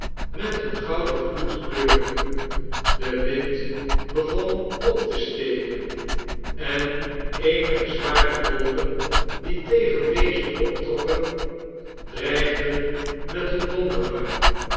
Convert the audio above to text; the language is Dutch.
met een gouden gloed kleurde de wind begon op te steken en eenige zware wolken die tegen dezen optrokken dreigden met eene donderbui